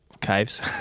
Caves